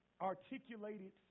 articulated